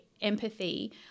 empathy